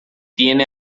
tiene